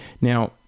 Now